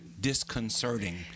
disconcerting